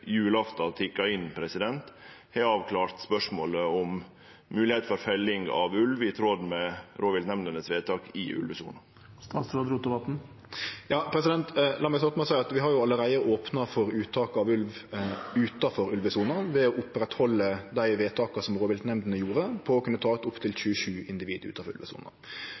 har avklart spørsmålet om moglegheit for felling av ulv i ulvesona, i tråd med rovviltnemndene sine vedtak? Ja, la meg starte med å seie at vi har allereie opna for uttak av ulv utanfor ulvesona ved å oppretthalde dei vedtaka som rovviltnemndene gjorde om å kunne ta ut opptil 27 individ utanfor